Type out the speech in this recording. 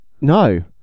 No